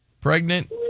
pregnant